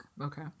Okay